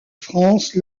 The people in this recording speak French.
france